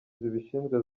zibishinzwe